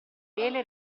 vele